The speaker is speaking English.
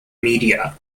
media